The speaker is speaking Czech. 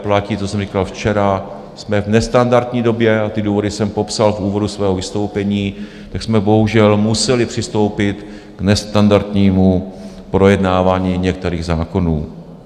Platí to, co jsem říkal včera: Jsme v nestandardní době a ty důvody jsem popsal v úvodu svého vystoupení, tak jsme bohužel museli přistoupit k nestandardnímu projednávání některých zákonů.